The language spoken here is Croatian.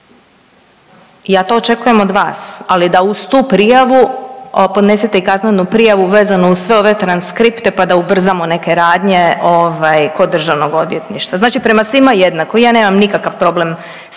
Ja to očekujem od vas, ali da uz tu prijavu podnesete i kaznenu prijavu vezano uz sve ove transkripte, pa da ubrzamo neke radnje ovaj kod državnog odvjetništva, znači prema svima jednako. Ja nemam nikakav problem